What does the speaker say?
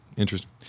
Interesting